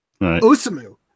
Osamu